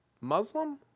Muslim